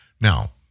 Now